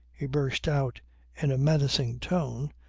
he burst out in a menacing tone,